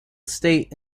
state